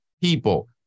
people